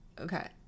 Okay